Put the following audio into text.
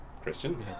Christian